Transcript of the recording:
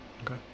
Okay